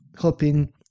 helping